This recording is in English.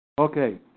Okay